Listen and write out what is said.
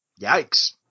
Yikes